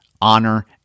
honor